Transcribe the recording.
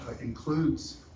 includes